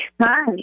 Hi